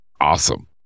Awesome